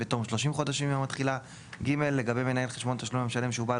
בתום 30 חודשים מיום התחילה; לגבי מנהל חשבון תשלום למשלם שהוא בעל